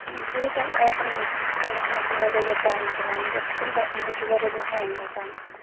بیٚیہِ حظ چھُ اَتھ ایپَن کھُلنَس منٛز واریاہ زیادٕ ٹایم کھیٚوان یہِ حظ چھُنہٕ گژھنٕے یہِ چھُ واریاہ زیادٕ ہینٛگ گژھان